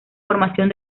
formación